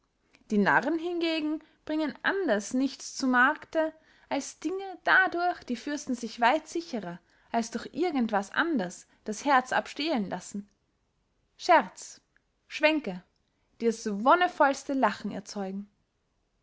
die narren hingegen bringen anders nichts zu markte als dinge dadurch die fürsten sich weit sicherer als durch irgend was anders das herz abstehlen lassen scherz schwänke die das wonnevollste lachen zeugen